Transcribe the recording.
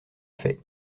fait